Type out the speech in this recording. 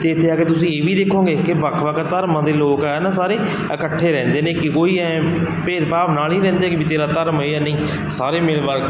ਅਤੇ ਇੱਥੇ ਆ ਕੇ ਤੁਸੀਂ ਇਹ ਵੀ ਦੇਖੋਗੇ ਕਿ ਵੱਖ ਵੱਖ ਧਰਮਾਂ ਦੇ ਲੋਕ ਆ ਨਾ ਸਾਰੇ ਇਕੱਠੇ ਰਹਿੰਦੇ ਨੇ ਕਿ ਕੋਈ ਐਂ ਭੇਦਭਾਵ ਨਾਲ ਨਹੀਂ ਰਹਿੰਦੇ ਵੀ ਤੇਰਾ ਧਰਮ ਇਹ ਨਹੀਂ ਸਾਰੇ ਮੇਰੇ ਵੱਲ